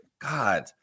God